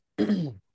okay